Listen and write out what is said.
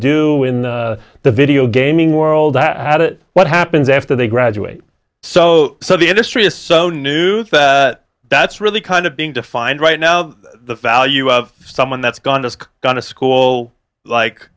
do in the video gaming world that had it what happens after they graduate so so the industry is so new that's really kind of being defined right now the foul you of someone that's gone just gone to school